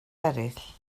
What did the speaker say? eraill